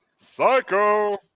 psycho